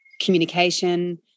communication